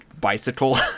bicycle